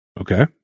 Okay